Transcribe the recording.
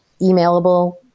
emailable